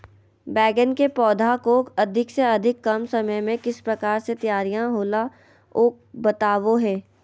बैगन के पौधा को अधिक से अधिक कम समय में किस प्रकार से तैयारियां होला औ बताबो है?